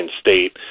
State